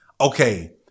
okay